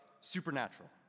supernatural